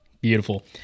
beautiful